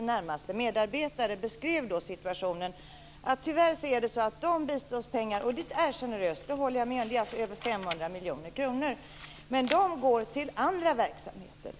närmaste medarbetare beskrev situationen när det gäller biståndspengarna. Och det är generöst, det håller jag med om. Det är över 500 miljoner kronor. Men de går tyvärr till andra verksamheter.